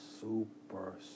Super